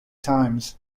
times